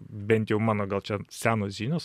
bent jau mano gal čia senos žinios